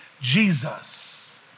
Jesus